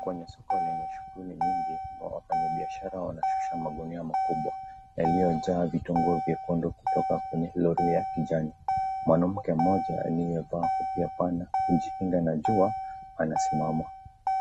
Kwenye soko lenye shughuli nyingi, wafanyi biashara wanashusha magunia makubwa yaliyo njaa vitunguu vyekundu kutoka kwenye lori ya kijani. Mwanamke mmoja aliya vaa kofia pana kujikinga na jua, anasimama,